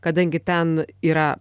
kadangi ten yra